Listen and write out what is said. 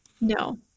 No